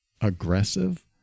aggressive